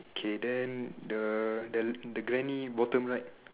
okay then the the the granny bottom right